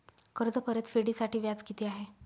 कर्ज परतफेडीसाठी व्याज किती आहे?